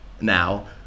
now